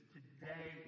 Today